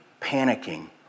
panicking